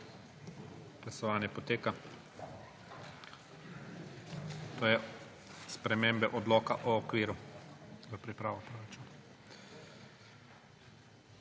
...